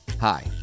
Hi